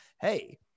Hey